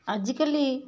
ଆଜିକାଲି